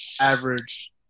average –